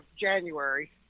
January